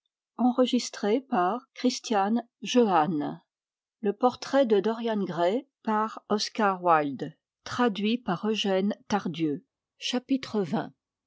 le portrait de dorian gray